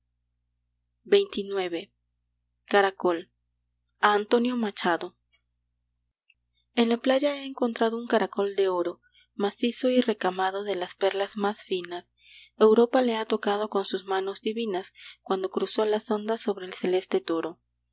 xxix caracol a antonio machado en la playa he encontrado un caracol de oro macizo y recamado de las perlas más finas europa le ha tocado con sus manos divinas cuando cruzó las ondas sobre el celeste toro